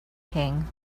king